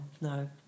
No